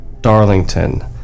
Darlington